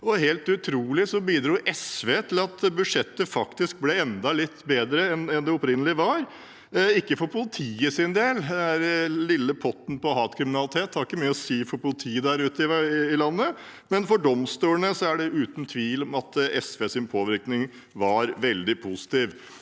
Utrolig nok bidro SV til at budsjettet faktisk ble enda litt bedre enn det opprinnelig var. Ikke for politiet sin del, den lille potten til hatkriminalitet har ikke mye å si for politiet der ute i landet, men for domstolene er det ikke tvil om at SVs påvirkning var veldig positiv.